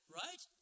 right